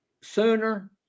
sooner